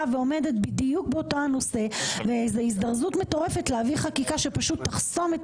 ועומדת בדיוק באותו הנושא ואיזה הזדרזות מטורפת להביא חקיקה שפשוט תחסום את